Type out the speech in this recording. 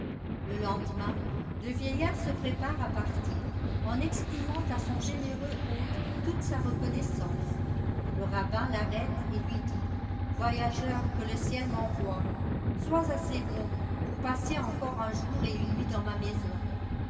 le lendemain le vieillard se prépare à partir en exprimant à son généreux hôte toute sa reconnaissance le rabbin l'arrête et lui dit voyageur que le ciel m'envoie sois assez bon pour passer encore un jour et une nuit dans ma maison